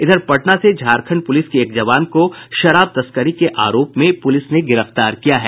इधर पटना से झारखण्ड पुलिस के एक जवान को शराब तस्करी के अरोप में पुलिस ने गिरफ्तार किया है